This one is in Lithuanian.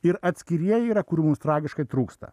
ir atskirieji yra kurių mums tragiškai trūksta